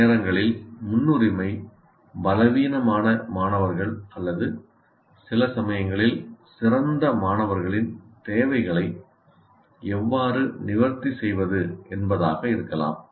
சில நேரங்களில் முன்னுரிமை பலவீனமான மாணவர்கள் அல்லது சில சமயங்களில் சிறந்த மாணவர்களின் தேவைகளை எவ்வாறு நிவர்த்தி செய்வது என்பதாக இருக்கலாம்